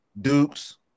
Dukes